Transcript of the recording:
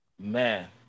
Man